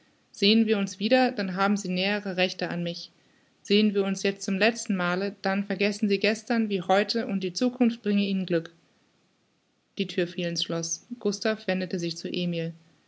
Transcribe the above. sehen wir uns wieder dann haben sie nähere rechte an mich sehen wir uns jetzt zum letztenmale dann vergessen sie gestern wie heute und die zukunft bringe ihnen glück die thür fiel in's schloß gustav wendete sich zu emil